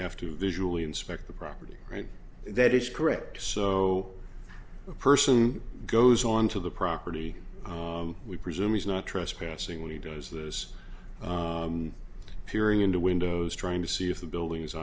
have to visually inspect the property right that is correct so person goes on to the property we presume is not trespassing when he does this theory into windows trying to see if the building